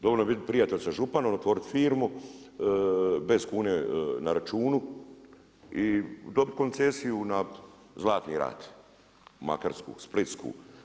Dovoljno je biti prijatelj sa županom, otvoriti firmu bez kune na računu i dobiti koncesiju na Zlatni Rat, Makarsku, Splitsku.